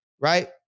right